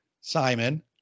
Simon